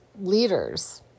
leaders